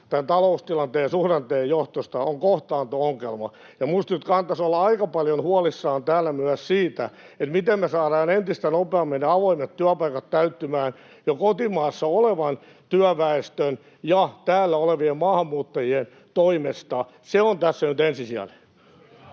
tämän taloustilanteen ja suhdanteen johdosta, on kohtaanto-ongelma, ja minusta nyt kannattaisi olla aika paljon huolissaan täällä myös siitä, miten me saadaan entistä nopeammin avoimet työpaikat täyttymään kotimaassa jo olevan työväestön ja täällä olevien maahanmuuttajien toimesta. Se on tässä nyt ensisijaista.